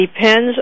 depends